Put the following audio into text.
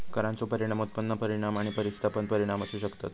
करांचो परिणाम उत्पन्न परिणाम आणि प्रतिस्थापन परिणाम असू शकतत